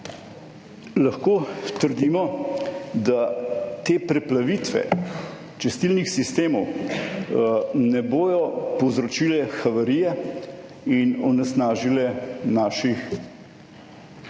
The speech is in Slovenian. lahko trdimo, da te preplavitve čistilnih sistemov ne bodo povzročile havarije in onesnažile naših, se